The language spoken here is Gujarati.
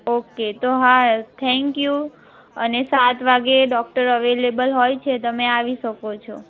ઓકે તો હા થેન્ક યુ અને સાત વાગે ડોક્ટર અવેલેબલ હોય છે તમે આવી શકો છો